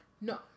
No